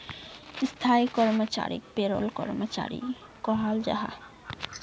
स्थाई कर्मचारीक पेरोल कर्मचारी कहाल जाहा